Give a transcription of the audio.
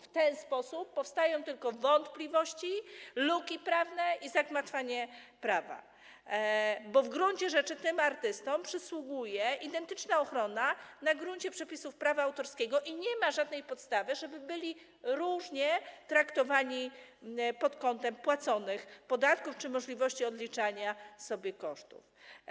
W ten sposób powstają tylko wątpliwości, luki prawne i zagmatwanie prawa, bo w gruncie rzeczy tym artystom przysługuje identyczna ochrona na gruncie przepisów prawa autorskiego i nie ma żadnej podstawy do tego, żeby oni byli różnie traktowani, jeśli chodzi o płacone podatki czy możliwości odliczania sobie kosztów.